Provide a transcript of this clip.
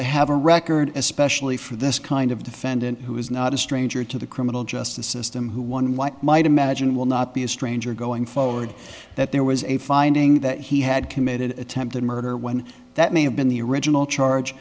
to have a record especially for this kind of defendant who is not a stranger to the criminal justice system who won what might imagine will not be a stranger going forward that there was a finding that he had committed attempted murder when that may have been the original charge